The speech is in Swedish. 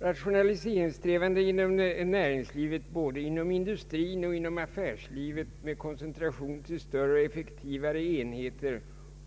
Rationaliseringssträvandena inom näringslivet, både industrin och affärslivet, med koncentration till större och effektivare enheter,